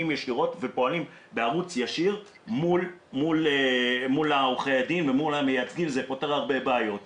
ישירות ופועלים בערוץ ישיר מול עורכי הדין והמייצגים וזה פותר בעיות רבות.